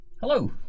Hello